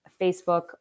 Facebook